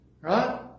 Right